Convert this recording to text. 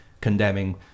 condemning